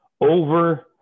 over